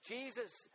Jesus